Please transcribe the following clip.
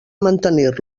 mantenir